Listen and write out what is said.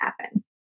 happen